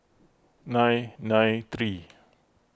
nine nine three